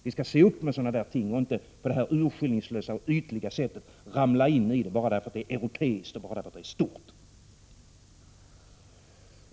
Vi skall se upp med dessa ting och inte på detta urskillningslösa och ytliga sätt ramla in i det bara därför att det är europeiskt och bara därför att det är stort.